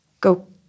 go